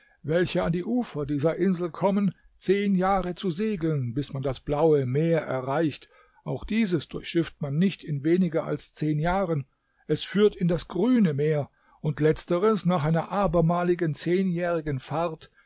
welche an die ufer dieser insel kommen zehn jahre zu segeln bis man das blaue meer erreicht auch dieses durchschifft man nicht in weniger als zehn jahren es führt in das grüne meer und letzteres nach einer abermaligen zehnjährigen fahrt